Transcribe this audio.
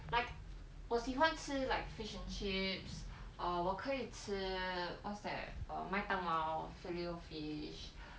like 我喜欢吃 like fish and chips err 我可以吃 what's that err 麦当劳 fillet O fish